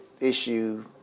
issue